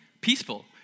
peaceful